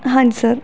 ਹਾਂਜੀ ਸਰ